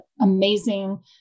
amazing